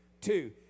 Two